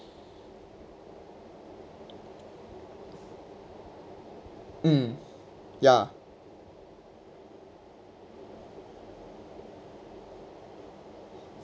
mm ya